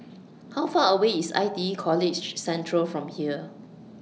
How Far away IS I T E College Central from here